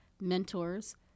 mentors